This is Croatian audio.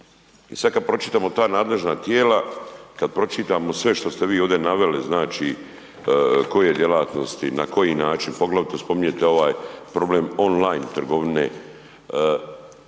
i sad kad pročitamo ta nadležna tijela, kad pročitamo sve što ste vi ovde naveli, znači koje djelatnosti na koji način poglavito spominjete ovaj problem on-line trgovine